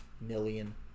million